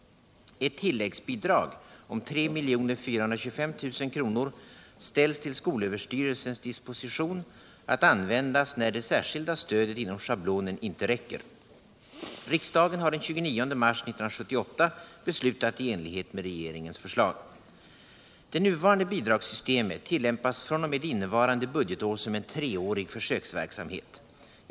Ett tilläggsbidrag om 3 425 000 kr. ställs till skolöverstyrelsens disposition att användas när det särskilda stödet inom schablonen inte räcker. Riksdagen har den 29 mars 1978 beslutat i enlighet med regeringens förslag. Det nuvarande bidragssystemet tillämpas fr.o.m. innevarande budgetår som en treårig försöksverksamhet.